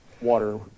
water